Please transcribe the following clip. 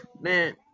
Man